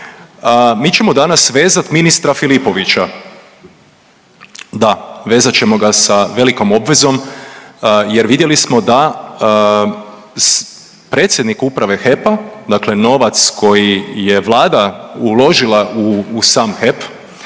mi ćemo danas vezati ministra Filipovića. Da, vezat ćemo ga sa velikom obvezom jer vidjeli smo da predsjednik Uprave HEP-a, dakle novac koji je Vlada uložila u sam HEP